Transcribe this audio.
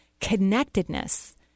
connectedness